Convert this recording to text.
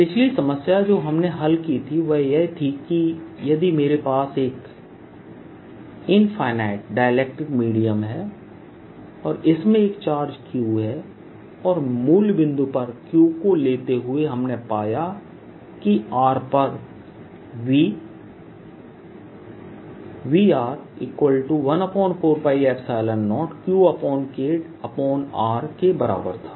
पिछली समस्या जो हमने हल की थी वह यह थी कि यदि मेरे पास एक इंफिनिटी डाइलेक्ट्रिक मीडियम है और इसमें एक चार्ज Q है तो मूल बिंदु पर Q को लेते हुए हमने पाया कि r पर V Vr140QKr के बराबर था